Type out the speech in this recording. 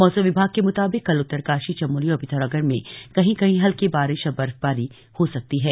मौसम विभाग के मुताबिक कल उत्तरकाशी चमोली और पिथौरागढ़ में कहीं कहीं हल्की बारिश और बर्फबारी हो सकती है